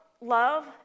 love